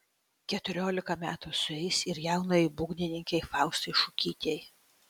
keturiolika metų sueis ir jaunajai būgnininkei faustai šukytei